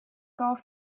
golf